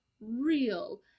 real